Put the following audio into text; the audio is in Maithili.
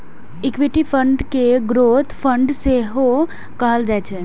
इक्विटी फंड कें ग्रोथ फंड सेहो कहल जाइ छै